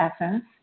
essence